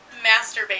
masturbate